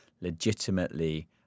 legitimately